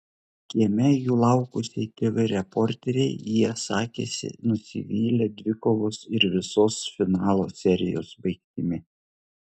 kieme jų laukusiai tv reporterei jie sakėsi nusivylę dvikovos ir visos finalo serijos baigtimi